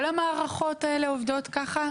כל המערכות האלה עובדות ככה?